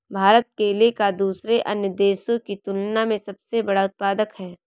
भारत केले का दूसरे अन्य देशों की तुलना में सबसे बड़ा उत्पादक है